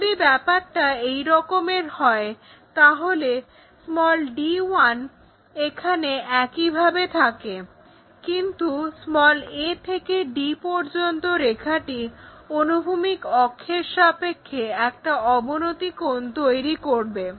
যদি ব্যাপারটা এই রকমের হয় তাহলে d1 এখানে একইভাবে থাকে কিন্তু a থেকে d পর্যন্ত রেখাটি অনুভূমিক অক্ষের সাপেক্ষে একটা অবনতি কোণ তৈরি করবে